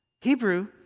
Hebrew